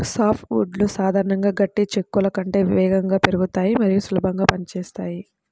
soft వుడ్లు సాధారణంగా గట్టి చెక్కల కంటే వేగంగా పెరుగుతాయి మరియు సులభంగా పని చేస్తాయి